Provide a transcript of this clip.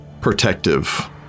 protective